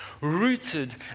rooted